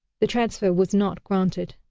the transfer was not granted.